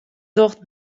docht